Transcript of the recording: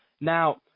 Now